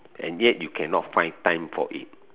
and yet you cannot find time for it